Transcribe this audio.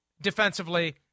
defensively